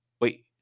Wait